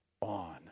on